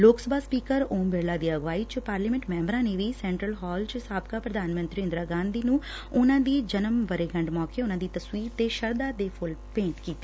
ਲੋਕ ਸਭਾ ਸਪੀਕਰ ਓਮ ਬਿਰਲਾ ਦੀ ਅਗਵਾਈ ਚ ਪਾਰਲੀਮੈਂਟ ਮੈਂਬਰਾਂ ਨੇ ਵੀ ਸੈਂਟਰਲ ਹਾਲ ਚ ਸਾਬਕਾ ਪ੍ਧਾਨ ਮੰਤਰੀ ਇੰਦਰਾ ਗਾਂਧੀ ਉਨੂਾਂ ਦੀ ਜਨਮ ਵਰੇਗੰਢ ਮੌਕੇ ਉਨੂਾਂ ਦੀ ਤਸਵੀਰ ਤੇ ਸ਼ਰਧਾ ਦੇ ਫੁੱਲ ਭੇਂਟ ਕੀਤੇ